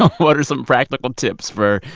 ah what are some practical tips for